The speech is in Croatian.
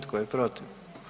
Tko je protiv?